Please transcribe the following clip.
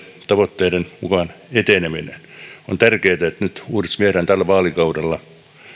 tavoitteiden vastaisesti eteneminen on tärkeätä että nyt uudistus viedään tällä vaalikaudella